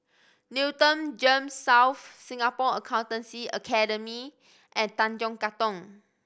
Newton GEMS South Singapore Accountancy Academy and Tanjong Katong